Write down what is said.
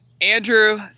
Andrew